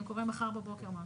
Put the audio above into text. אם קורה מחר בבוקר משהו?